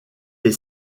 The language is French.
est